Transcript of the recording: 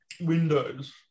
windows